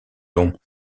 longs